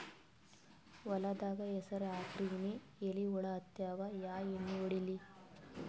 ಹೊಲದಾಗ ಹೆಸರ ಹಾಕಿನ್ರಿ, ಎಲಿ ಹುಳ ಹತ್ಯಾವ, ಯಾ ಎಣ್ಣೀ ಹೊಡಿಲಿ?